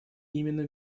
именно